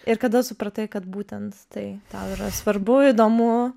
ir kada supratai kad būtent tai tau yra svarbu įdomu